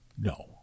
No